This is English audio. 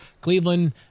Cleveland